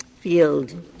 field